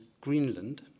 Greenland